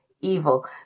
evil